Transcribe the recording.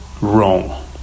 wrong